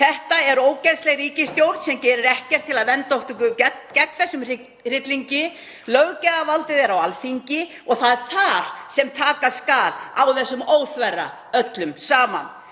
Þetta er ógeðsleg ríkisstjórn sem gerir ekkert til að vernda okkur gegn þessum hryllingi. Löggjafarvaldið er á Alþingi og það er þar sem taka skal á þessum óþverra öllum saman.